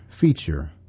feature